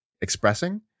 expressing